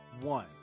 One